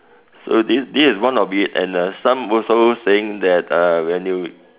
so this this is one of it and uh some also saying that uh when they